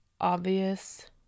obvious